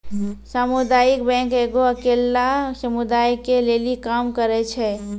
समुदायिक बैंक एगो अकेल्ला समुदाय के लेली काम करै छै